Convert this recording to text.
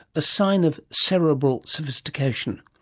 a sign of cerebral sophistication.